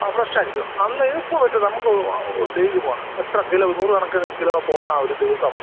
ആ ഫ്രഷായിരിക്കും അന്ന് ഇപ്പോൾ പറ്റുമോ നമുക്ക് ഡെയിലി പോകണം എത്ര കിലോ നൂറ് കണക്കിന് കിലോ പോകുന്നതാണ് ഒര് ദിവസം